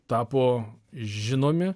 tapo žinomi